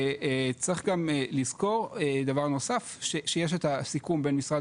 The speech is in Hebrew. צריך גם לזכור דבר נוסף שיש את הסיכום בין משרד